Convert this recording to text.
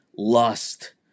Lust